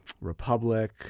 Republic